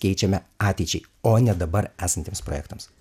keičiame ateičiai o ne dabar esantiems projektams